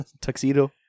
Tuxedo